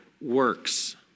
works